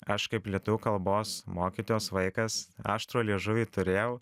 aš kaip lietuvių kalbos mokytojos vaikas aštrų liežuvį turėjau